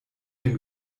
dem